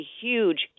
huge